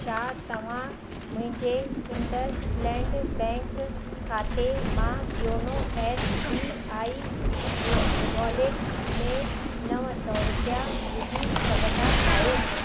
छा तव्हां मुंहिंजे इंडसलैंड बैंक खाते मां योनो एस बी आई वॉ वॉलेट में नव सौ रुपया विझी सघंदा आहियो